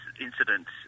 incidents